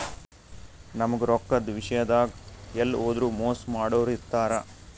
ನಮ್ಗ್ ರೊಕ್ಕದ್ ವಿಷ್ಯಾದಾಗ್ ಎಲ್ಲ್ ಹೋದ್ರು ಮೋಸ್ ಮಾಡೋರ್ ಇರ್ತಾರ